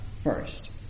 first